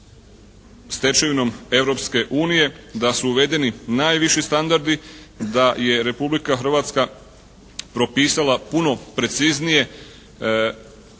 stečevinom Europske unije, da su uvedeni najviši standardi, da je Republika Hrvatska propisala puno preciznije